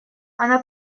она